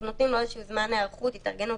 אנחנו נותנים לו איזשהו זמן היערכות והתארגנות.